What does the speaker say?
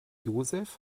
josef